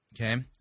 okay